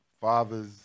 fathers